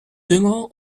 dünger